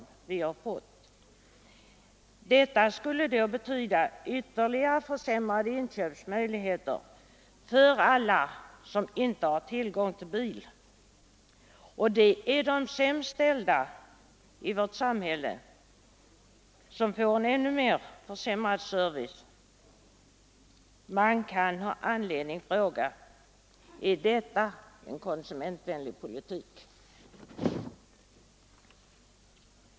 Detta betyder ytterligare försämrade inköpsmöjligheter för alla som inte har tillgång till bil. Det är de sämst ställda i samhället som får en än mer försämrad service. Man har anledning att fråga: Är detta en konsumentvänlig politik?